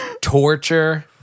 torture